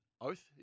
Oath